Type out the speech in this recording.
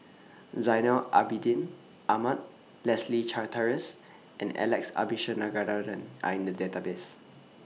Zainal Abidin Ahmad Leslie Charteris and Alex Abisheganaden Are in The Database